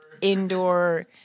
indoor